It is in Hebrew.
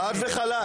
חד וחלק,